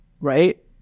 right